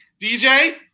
DJ